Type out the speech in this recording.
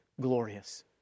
glorious